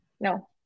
No